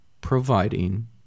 providing